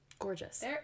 Gorgeous